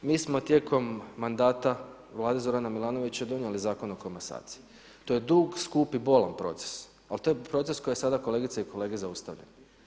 Mi smo tijekom mandata vlade Zorana Milanovića donijeli Zakon o komasaciji, to je dug, skup i bolan proces, ali to je proces koji je sada kolegice i kolege zaustavljen.